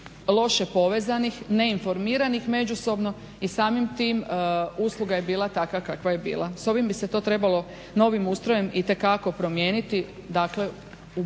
loše povezanih, neinformiranih međusobno i samim tim usluga je bila takva kakva je bila. S ovim bi se to trebalo, novim ustrojem itekako promijeniti,